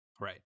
Right